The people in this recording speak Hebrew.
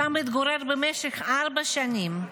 ששם התגורר במשך ארבע שנים.